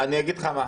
-- אני אגיד לך מה,